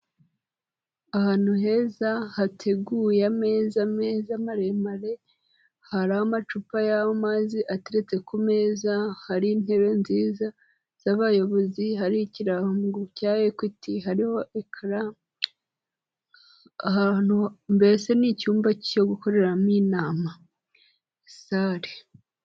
Ahantu heza hateguye ameza meza maremare, hari amacupa y'amazi ateretse ku meza, hari intebe nziza z'abayobozi, hari ikirango cya Equity, hariho ekara, ahantu mbese ni icyumba cyo gukoreramo inama, sale.